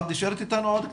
את נשארת איתנו עוד קצת?